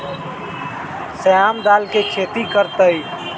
श्याम दाल के खेती कर तय